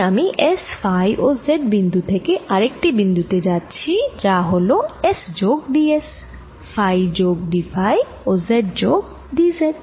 তাহলে আমি S phi ও z বিন্দু থেকে আরেকটি বিন্দু তে যাচ্ছি যা হল S যোগ dS ফাই যোগ dফাই ও z যোগ dz